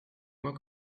moi